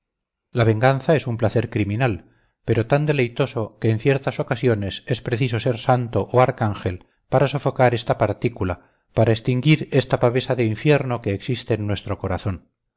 la venganza es un placer criminal pero tan deleitoso que en ciertas ocasiones es preciso ser santo o arcángel para sofocar esta partícula para extinguir esta pavesa de infierno que existe en nuestro corazón